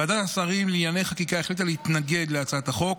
ועדת השרים לענייני חקיקה החליטה להתנגד להצעת החוק.